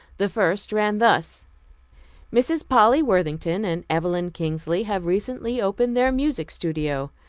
the first ran thus misses polly worthington and evelyn kingsley have recently opened their music studio.